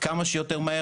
כמה שיותר מהר,